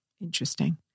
Interesting